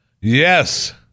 Yes